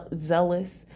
zealous